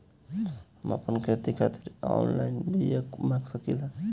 हम आपन खेती खातिर का ऑनलाइन बिया मँगा सकिला?